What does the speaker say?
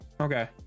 Okay